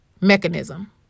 mechanism